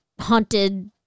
haunted